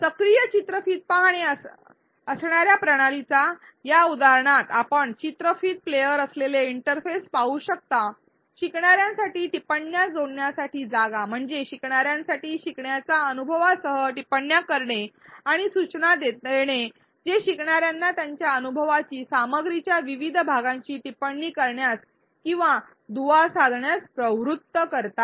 सक्रिय चित्रफित पाहणे असणार्या प्रणालीच्या या उदाहरणात आपण चित्रफित प्लेयर असलेले इंटरफेस पाहू शकता शिकणाऱ्यांसाठी टिप्पण्या जोडण्यासाठी जागा म्हणजे शिकणाऱ्यांसाठी शिकण्याच्या अनुभवासह टिप्पण्या करणे आणि सूचना देतात जे शिकणाऱ्यांना त्यांच्या अनुभवाची सामग्रीच्या विविध भागाशी टिप्पणी करण्यास किंवा दुवा साधण्यास प्रवृत्त करतात